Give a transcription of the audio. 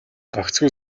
гагцхүү